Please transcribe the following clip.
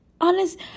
Honest